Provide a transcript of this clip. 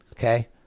Okay